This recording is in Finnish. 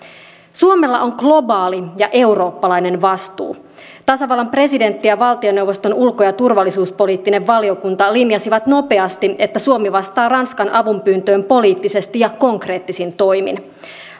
suomella on globaali ja eurooppalainen vastuu tasavallan presidentti ja valtioneuvoston ulko ja turvallisuuspoliittinen valiokunta linjasivat nopeasti että suomi vastaa ranskan avunpyyntöön poliittisesti ja konkreettisin toimin